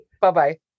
Bye-bye